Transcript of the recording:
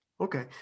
Okay